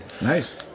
Nice